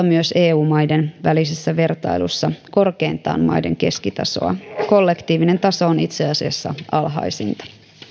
myös eu maiden välisessä vertailussa korkeintaan maiden keskitasoa kollektiivinen taso on itse asiassa alhaisinta